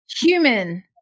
Human